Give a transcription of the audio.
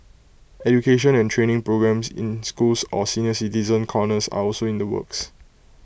education and training programmes in schools or senior citizen corners are also in the works